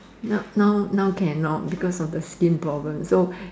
no now now cannot because of the skin problem so